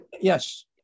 Yes